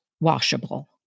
washable